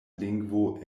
lingvo